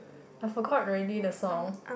I forgot already the song